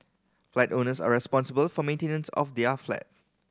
flat owners are responsible for maintenance of their flat